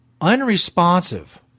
unresponsive